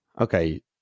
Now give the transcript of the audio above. Okay